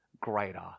greater